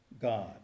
God